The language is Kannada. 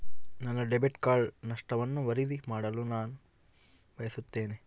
ನನ್ನ ಡೆಬಿಟ್ ಕಾರ್ಡ್ ನಷ್ಟವನ್ನು ವರದಿ ಮಾಡಲು ನಾನು ಬಯಸುತ್ತೇನೆ